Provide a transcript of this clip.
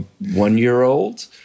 one-year-old